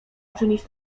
uczynić